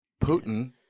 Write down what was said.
Putin